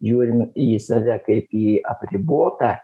žiūrim į save kaip į apribotą